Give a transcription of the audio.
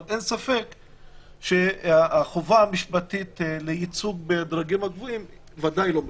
אבל אין ספק שהחובה המשפטית לייצוג בדרגים הגבוהים ודאי לא מקוים.